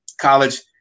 college